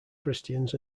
christians